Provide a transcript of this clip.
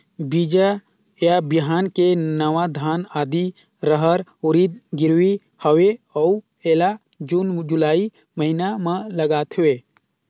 बीजा या बिहान के नवा धान, आदी, रहर, उरीद गिरवी हवे अउ एला जून जुलाई महीना म लगाथेव?